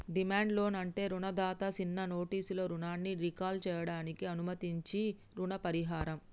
demand loan అంటే రుణదాత సిన్న నోటీసులో రుణాన్ని రీకాల్ సేయడానికి అనుమతించించీ రుణ పరిహారం